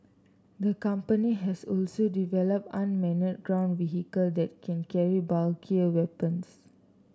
the company has also developed unmanned ground vehicle that can carry bulkier weapons